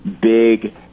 big